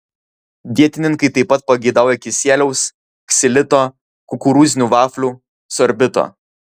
dietininkai taip pat pageidauja kisieliaus ksilito kukurūzinių vaflių sorbito